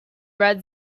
red